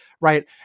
Right